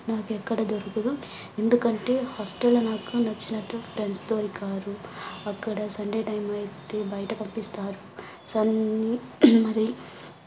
నాకెక్కడ దొరకదు ఎందుకంటే హాస్టెల్ల నాకు నచ్చినట్టు ఫ్రెండ్స్ దొరికారు అక్కడ సండే టైమ్ అయితే బయట పంపిస్తారు సన్ మరి